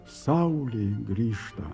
saulė grįžta